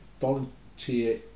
Volunteer